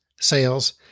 Sales